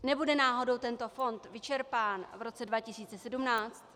Nebude náhodou tento fond vyčerpán v roce 2017?